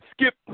skip